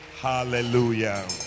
Hallelujah